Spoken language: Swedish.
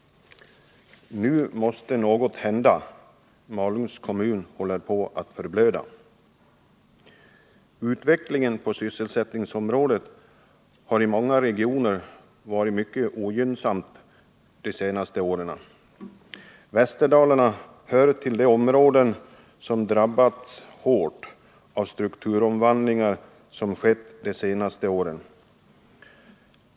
Nu måste något hända, Malungs kommun håller på att förblöda. Utvecklingen på sysselsättningsområdet under de senaste åren har i många regioner varit mycket ogynnsam. Västerdalarna hör till de områden som drabbats hårt av de strukturomvandlingar som skett de senaste åren.